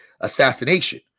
assassination